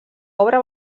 obra